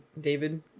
David